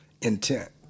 intent